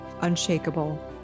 unshakable